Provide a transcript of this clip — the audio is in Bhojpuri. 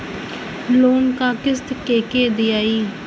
लोन क किस्त के के दियाई?